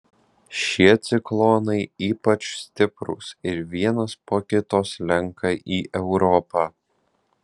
šie ciklonai ypač stiprūs ir vienas po kito slenka į europą